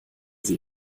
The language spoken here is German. sie